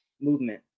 movement